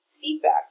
feedback